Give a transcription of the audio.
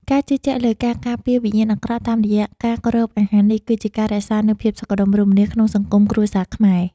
ការជឿជាក់លើការការពារពីវិញ្ញាណអាក្រក់តាមរយៈការគ្របអាហារនេះ គឺជាការរក្សានូវភាពសុខដុមរមនាក្នុងសង្គមគ្រួសារខ្មែរ។